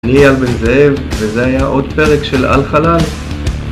אני אייל זאב וזה היה עוד פרק של על חלל